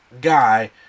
guy